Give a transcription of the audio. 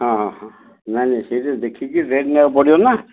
ହଁ ହଁ ହଁ ନାଇଁ ନାଇଁ ସେଇଟା ଦେଖିକି ରେଟ୍ ନେବାକୁ ପଡ଼ିବ ନା